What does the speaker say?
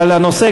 אבל הנושא,